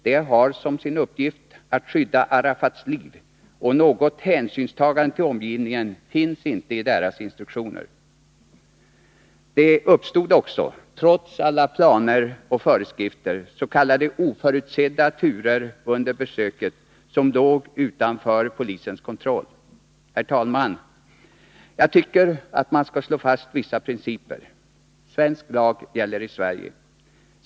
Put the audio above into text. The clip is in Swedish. De har som sin uppgift att skydda Arafats liv, och något hänsynstagande till omgivningen finns inte i deras instruktioner. Det uppstod också, trots alla planer och föreskrifter, s.k. oförutsedda turer under besöket som låg utanför polisens kontroll. Herr talman! Jag tycker att man skall slå fast vissa principer.